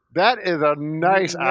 that is a nice ah